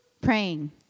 praying